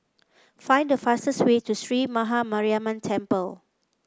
find the fastest way to Sree Maha Mariamman Temple